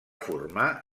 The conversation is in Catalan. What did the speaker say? formar